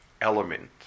element